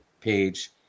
page